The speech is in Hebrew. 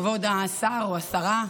כבוד השר או השרה,